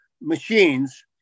machines